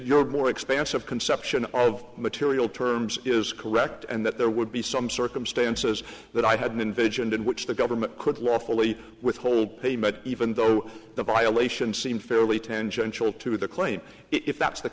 your more expansive conception of material terms is correct and that there would be some circumstances that i had envisioned in which the government could lawfully withhold payment even though the violations seem fairly tangential to the claim if that's the